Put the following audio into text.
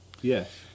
Yes